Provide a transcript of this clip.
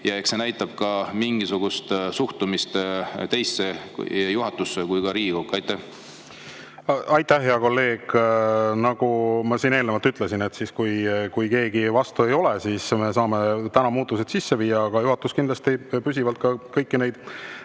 Eks see näitab ka mingisugust suhtumist nii teisse, juhatusse kui ka Riigikokku. Aitäh, hea kolleeg! Nagu ma eelnevalt ütlesin, kui keegi vastu ei ole, siis me saame täna muudatused sisse viia. Juhatus kindlasti püsivalt ka kõiki neid